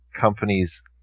companies